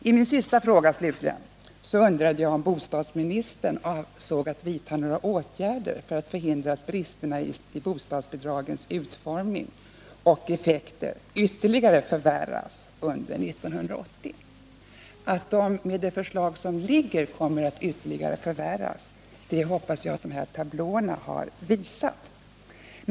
I min sista fråga undrade jag om bostadsministern avsåg att vidta åtgärder för att förhindra att bristerna i bostadsbidragens utformning och dessas effekter ytterligare förvärras under 1980. Att de med det förslag som ligger ytterligare kommer att förvärras hoppas jag att tablåerna har visat.